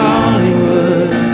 Hollywood